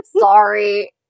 Sorry